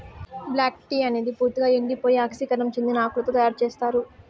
black tea అనేది పూర్తిక ఎండిపోయి ఆక్సీకరణం చెందిన ఆకులతో తయారు చేత్తారు